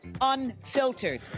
unfiltered